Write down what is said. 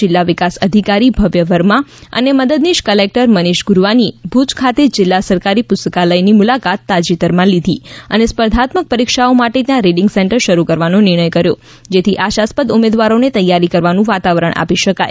જિલ્લા વિકાસ અધિકારી ભવ્ય વર્મા અને મદદનીશ કલેકટર મનીષ ગુરવાનીએ ભુજ ખાતે જિલ્લા સરકારી પુસ્તકાલયની મુલાકાત તાજેતરમાં લીધી અને સ્પર્ધાત્મક પરીક્ષાઓ માટે ત્યાં રીડિંગ સેન્ટર શરૂ કરવાનો નિર્ણય કર્યો જેથી આશાસ્પદ ઉમેદવારોને તૈયારી કરવાનું વાતાવરણ આપી શકાય